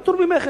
פטור ממכס.